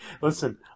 listen